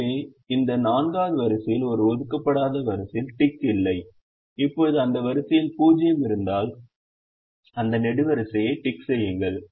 எனவே இந்த 4 வது வரிசையில் ஒரு ஒதுக்கப்படாத வரிசையில் டிக் இல்லை இப்போது அந்த வரிசையில் 0 இருந்தால் அந்த நெடுவரிசையை டிக் செய்யுங்கள்